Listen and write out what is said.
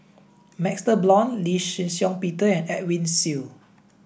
MaxLe Blond Lee Shih Shiong Peter and Edwin Siew